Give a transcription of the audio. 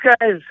guys